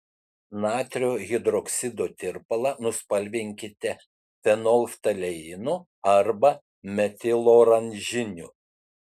natrio hidroksido tirpalą nuspalvinkite fenolftaleinu arba metiloranžiniu